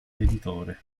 editore